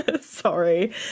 Sorry